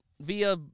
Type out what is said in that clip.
via